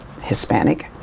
Hispanic